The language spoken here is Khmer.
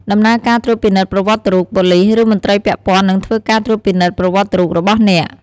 ដំណើរការត្រួតពិនិត្យប្រវត្តិរូប: ប៉ូលិស ឬមន្ត្រីពាក់ព័ន្ធនឹងធ្វើការត្រួតពិនិត្យប្រវត្តិរូបរបស់អ្នក។